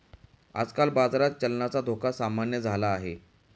आजकाल बाजारात चलनाचा धोका सामान्य झाला आहे